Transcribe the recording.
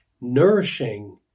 nourishing